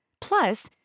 Plus